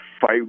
fight